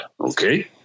okay